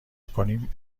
کنیم